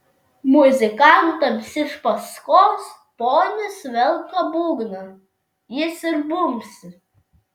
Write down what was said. muzikantams iš paskos ponis velka būgną jis ir bumbsi